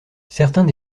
certains